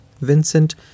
Vincent